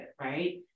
right